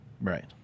Right